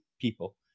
people